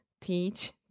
teach